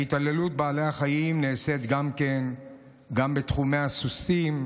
ההתעללות בבעלי החיים נעשית גם בתחום של סוסים,